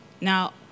Now